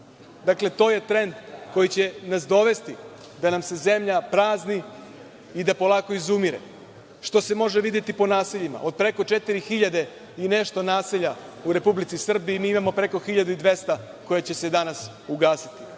Dakle, to je trend koji će nas dovesti da nam se zemlja prazni i da polako izumire, što se može videti po naseljima. Od preko 4.000 i nešto naselja u Republici Srbiji, mi imamo preko 1.200 koja će se danas ugasiti.